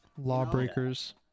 Lawbreakers